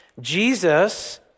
Jesus